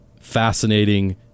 fascinating